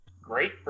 Great